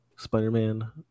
Spider-Man